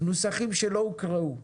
נוסחים שלא הוקראו,